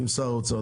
ועם שר האוצר.